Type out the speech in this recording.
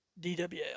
DWL